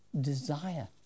desire